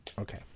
Okay